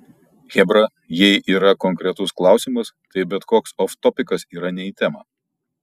chebra jei yra konkretus klausimas tai bet koks oftopikas yra ne į temą